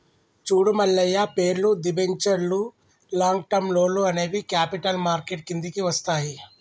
చూడు మల్లయ్య పేర్లు, దిబెంచర్లు లాంగ్ టర్మ్ లోన్లు అనేవి క్యాపిటల్ మార్కెట్ కిందికి వస్తాయి